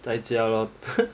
在家 lor